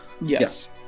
Yes